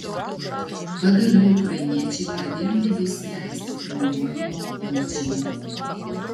pagaliau ukrainiečiai pradėjo nebeįsileisti nemokamo juodžemio